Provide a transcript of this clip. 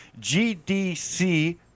GDC